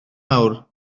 awr